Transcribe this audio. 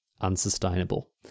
unsustainable